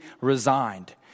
resigned